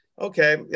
okay